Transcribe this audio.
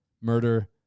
Murder